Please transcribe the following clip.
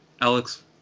Alex